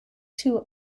two